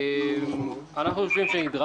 לדעתנו,